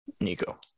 Nico